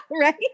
Right